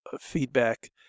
feedback